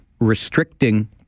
restricting